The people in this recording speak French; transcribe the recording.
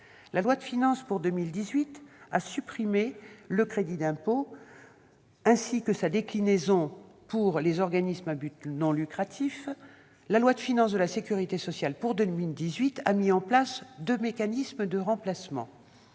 La loi de finances pour 2018 a supprimé le crédit d'impôt pour la compétitivité et l'emploi, ainsi que sa déclinaison pour les organismes à but non lucratif. La loi de financement de la sécurité sociale pour 2018 a mis en place deux mécanismes de remplacement.